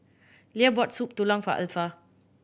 Leah bought Soup Tulang for Alpha